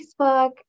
Facebook